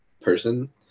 person